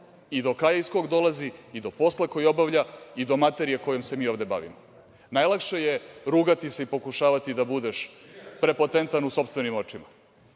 i do kraja iz kog dolazi i do posla koji obavlja i do materije kojom se mi ovde bavimo. Najlakše je rugati se i pokušavati da budeš prepotentan u sopstvenim očima.